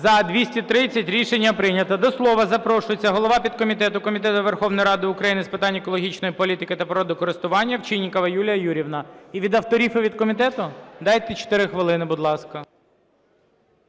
За-230 Рішення прийнято. До слова запрошується голова підкомітету Комітету Верховної Ради України з питань екологічної політики та природокористування Овчинникова Юлія Юріївна. І від авторів і від комітету? Дайте 4 хвилини, будь ласка.